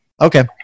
Okay